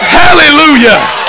hallelujah